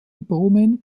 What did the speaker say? bowman